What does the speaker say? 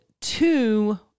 two